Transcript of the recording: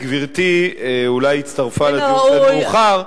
גברתי אולי הצטרפה לדיון קצת מאוחר,